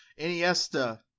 Iniesta